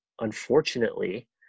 unfortunately